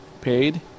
paid